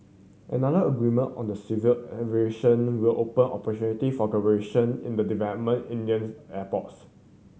another agreement on the civil aviation will open opportunity for collaboration in development Indian airports